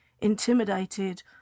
intimidated